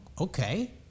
okay